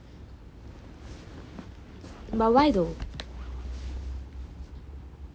but why though